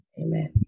Amen